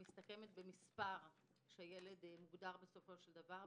זה מסתכם במספר שלפיו הילד מוגדר בסופו של דבר.